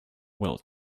will